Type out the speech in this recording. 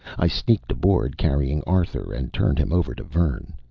i sneaked aboard, carrying arthur, and turned him over to vern.